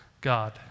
God